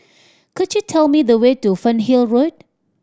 could you tell me the way to Fernhill Road